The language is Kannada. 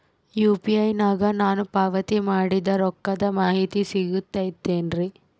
ಯು.ಪಿ.ಐ ನಾಗ ನಾನು ಪಾವತಿ ಮಾಡಿದ ರೊಕ್ಕದ ಮಾಹಿತಿ ಸಿಗುತೈತೇನ್ರಿ?